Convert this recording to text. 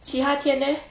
其他天 leh